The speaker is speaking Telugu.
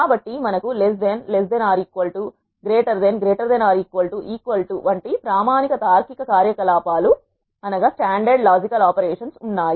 కాబట్టి మనకు వంటి ప్రామాణిక తార్కిక కార్యకలాపాలు ఉన్నాయి